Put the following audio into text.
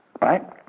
right